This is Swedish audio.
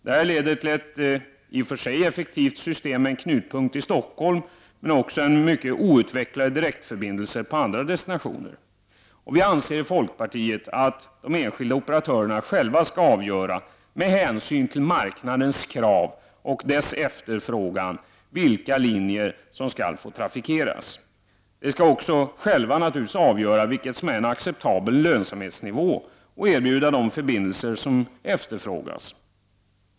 Detta leder till ett i och för sig effektivt system, med en knutpunkt i Stockholm, men också till outvecklade direktförbindelser till andra destinationer. Vi i folkpartiet anser att de enskilda operatörerna själva skall avgöra vilka linjer som skall trafikeras, med hänsyn till marknadens krav och efterfrågan. De skall också själva avgöra vad som är en acceptabel lönsamhetsnivå och kunna erbjuda de förbindelser som efterfrågas.